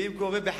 ואם קורה,